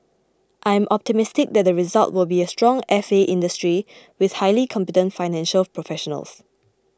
I'm optimistic that the result will be a stronger F A industry with highly competent financial professionals